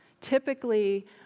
Typically